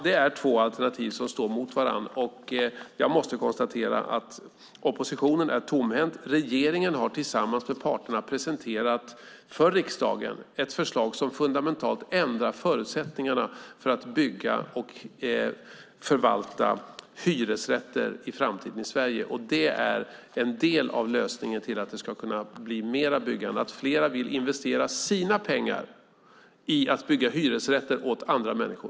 Det är två alternativ som står mot varandra. Jag måste konstatera att oppositionen är tomhänt. Regeringen har tillsammans med parterna presenterat för riksdagen ett förslag som fundamentalt ändrar förutsättningarna att bygga och förvalta hyresrätter i framtiden i Sverige. Det är en del av lösningen till att det ska blir mer byggande och att fler vill investera sina pengar i hyresrätter åt andra människor.